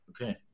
Okay